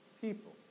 people